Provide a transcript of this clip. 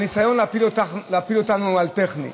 הניסיון להפיל אותנו על טכני,